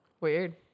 weird